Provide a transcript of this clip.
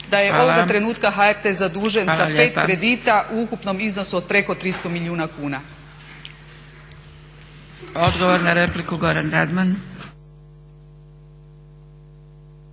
da je ovoga trenutka HRT zadužen sa 5 kredita u ukupnom iznosu od preko 300 milijuna kuna. **Zgrebec, Dragica